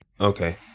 Okay